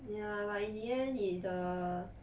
yeah but in the end it the